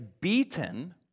beaten